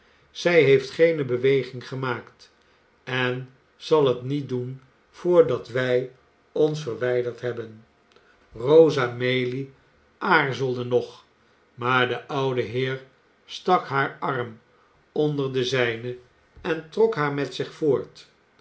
zij heeft geene beweging gemaakt en zal het niet doen voordat wij ons verwijderd hebben rosa maylie aarzelde nog maar de oude heer stak haar arm onder c den zijne en trok haar met zich voort